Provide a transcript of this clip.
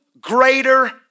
greater